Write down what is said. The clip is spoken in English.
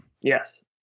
Yes